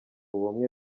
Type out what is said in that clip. ubumwe